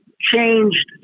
changed